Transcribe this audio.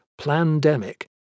Plandemic